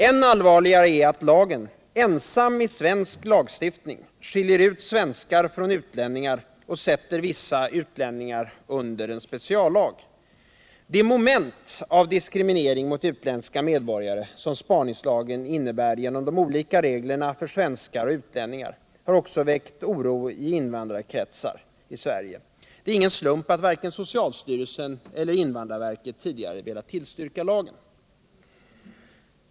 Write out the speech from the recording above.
Än allvarligare är att lagen — ensam i svensk lagstiftning — skiljer ut svenskar från utlänningar och sätter vissa utlänningar under en speciallag. Det moment av diskriminering mot utländska medborgare som spaningslagen innebär genom de olika reglerna för svenskar och utlänningar har också väckt oro i invandrarkretsar i Sverige. Det är ingen slump att varken socialstyrelsen eller invandrarverket velat tillstyrka lagen.